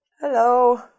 Hello